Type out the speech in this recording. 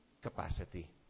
capacity